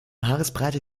haaresbreite